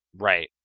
Right